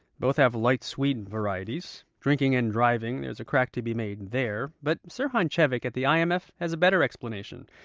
both have light, sweet and varieties. drinking and driving there's a crack to be made there but serhan cevik at the imf has a better explanation.